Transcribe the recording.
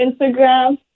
Instagram